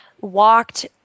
walked